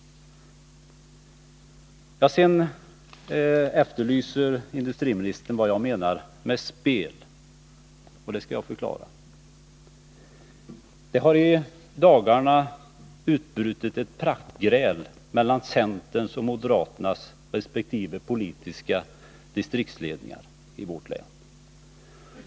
Sedan efterlyser industriministern vad jag menar med spel, och det skall jag förklara. Det har i dagarna utbrutit ett praktgräl mellan centerns och moderaternas resp. politiska distriktsledningar i vårt län.